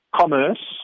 commerce